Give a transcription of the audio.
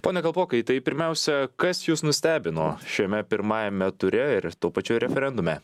pone kalpokai tai pirmiausia kas jus nustebino šiame pirmajame ture ir tuo pačiu referendume